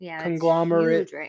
conglomerate